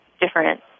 different